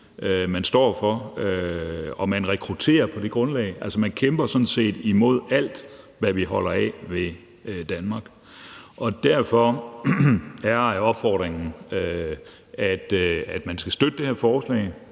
de står for, og de rekrutterer på det grundlag. Altså, de kæmper sådan set imod alt, hvad vi holder af ved Danmark. Derfor er opfordringen, at man skal støtte det her forslag,